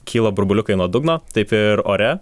kyla burbuliukai nuo dugno taip ir ore